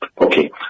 Okay